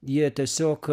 jie tiesiog